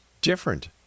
different